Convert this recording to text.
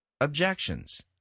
objections